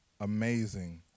amazing